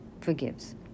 forgives